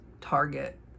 target